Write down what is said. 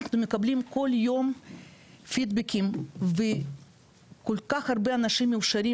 אנחנו מקבלים כל יום פידבקים וכל כך הרבה אנשים מאושרים,